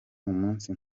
umunsi